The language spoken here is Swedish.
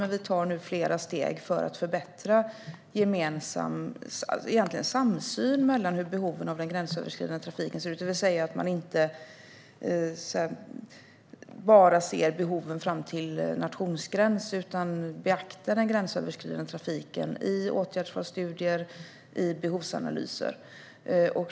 Men vi tar nu flera steg för att förbättra samsynen i fråga om hur behoven av den gränsöverskridande trafiken ser ut, det vill säga att man inte bara ser behoven fram till nationsgränsen utan beaktar den gränsöverskridande trafiken i åtgärdsvalsstudier och i behovsanalyser.